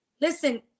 Listen